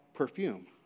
perfume